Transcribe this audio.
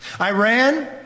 Iran